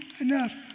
enough